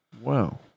Wow